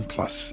Plus